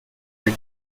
are